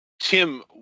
Tim